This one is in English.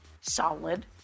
solid